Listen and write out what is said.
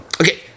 Okay